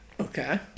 Okay